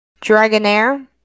Dragonair